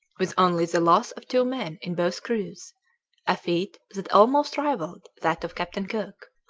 with only the loss of two men in both crews a feat that almost rivaled that of captain cook.